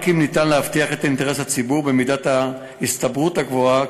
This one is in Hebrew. רק אם אפשר להבטיח את אינטרס הציבור במידת הסתברות גבוהה,